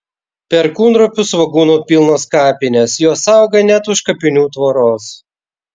perkūnropių svogūnų pilnos kapinės jos auga net už kapinių tvoros